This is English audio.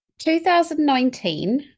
2019